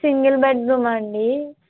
single bedroom అండి